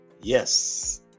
yes